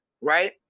right